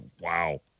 wow